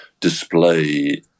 Display